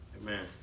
Amen